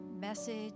message